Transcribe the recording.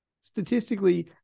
Statistically